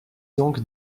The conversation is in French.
donc